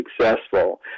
successful